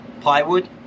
plywood